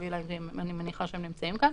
גם על תיקים ספורים